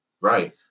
Right